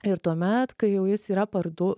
ir tuomet kai jau jis yra parduo